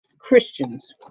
Christians